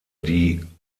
die